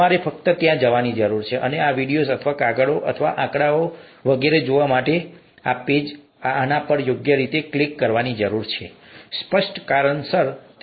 તમારે ફક્ત જવાની જરૂર છે અને આ વિડિઓઝ અથવા કાગળો અથવા આંકડાઓ વગેરે જોવા માટે આના પર યોગ્ય રીતે ક્લિક કરવાની જરૂર છે સ્પષ્ટ કારણોસર તેનો અહીં સમાવેશ કરી શકાતો નથી